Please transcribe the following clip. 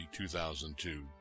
2002